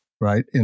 right